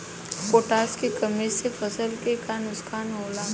Potash के कमी से फसल के का नुकसान होला?